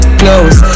close